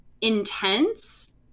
intense